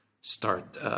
start